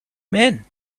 men